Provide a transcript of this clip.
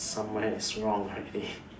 somewhere is wrong I